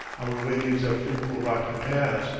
our way leads up fearful rocky paths,